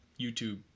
YouTube